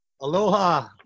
Aloha